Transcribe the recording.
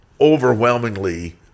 overwhelmingly